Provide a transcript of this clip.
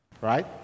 Right